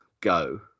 go